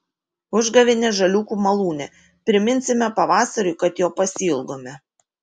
užgavėnės žaliūkių malūne priminsime pavasariui kad jo pasiilgome